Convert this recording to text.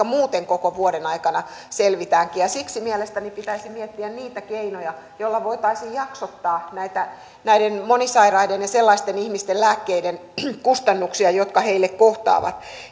muuten koko vuoden aikana selvitäänkin ja siksi mielestäni pitäisi miettiä niitä keinoja joilla voitaisiin jaksottaa näiden monisairaiden ja sellaisten ihmisten lääkkeiden kustannuksia jotka heitä kohtaavat